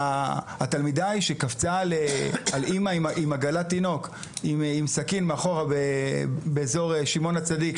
התלמידה שקפצה עם סכין על אימא עם עגלת תינוק באזור שמעון הצדיק,